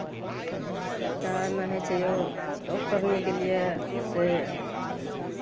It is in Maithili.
एक टा ओहिमे होइ छै योग करनेके लिए से